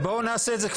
בואו נעשה את זה,